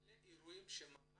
אלה אירועים שממש